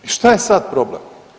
I šta je sad problem?